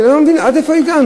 אני לא מבין, עד איפה הגענו?